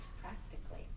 practically